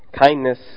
Kindness